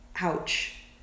ouch